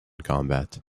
combat